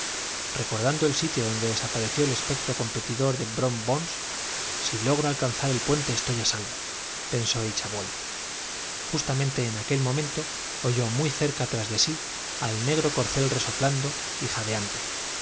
recordando el sitio donde desapareció el espectro competidor de brom bones si logro alcanzar el puente estoy en salvo pensó íchabod justamente en aquel momento oyó muy cerca tras de sí al negro corcel resoplando y jadeante